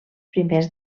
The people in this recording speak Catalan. primers